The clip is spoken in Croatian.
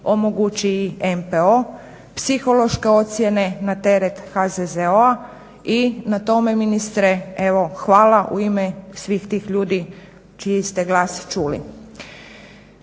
omogući i MPO, psihološke ocjene na teret HZZO-a i na tome ministre evo hvala u ime svih tih ljudi čiji ste glas čuli.